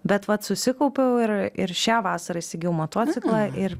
bet vat susikaupiau ir ir šią vasarą įsigijau motociklą ir